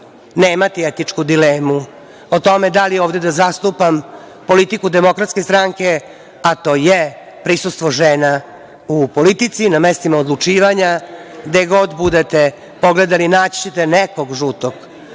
nemati etičku dilemu o tome da li ovde da zastupam politiku DS, a to je prisustvo žena u politici na mestima odlučivanja, gde god budete pogledali naći ćete nekog žutog